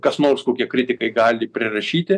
kas nors kokie kritikai gali prirašyti